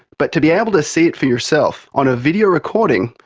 but to be able to see it for yourself on a video recording,